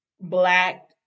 black